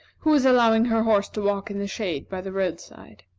who was allowing her horse to walk in the shade by the roadside.